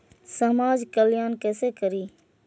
समाज कल्याण केसे करी?